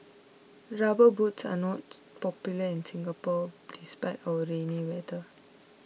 rubber boots are not popular in Singapore despite our rainy weather